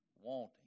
wanting